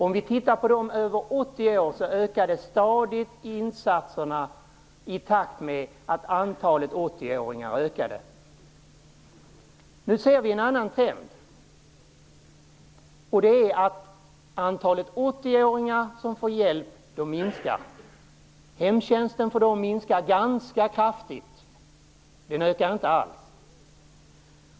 Om vi tittar på personer över 80 år ökade stadigt insatserna i takt med att antalet 80-åringar ökade. Nu ser vi en annan trend. Antalet 80-åringar som får hjälp minskar. Hemtjänsten för dem minskar ganska kraftigt. Den ökar inte alls.